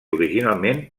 originalment